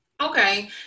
Okay